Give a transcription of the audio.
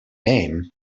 name